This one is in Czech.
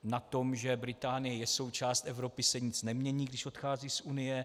Na tom, že Británie je součást Evropy, se nic nemění, když odchází z Unie.